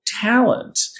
talent